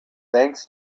thanks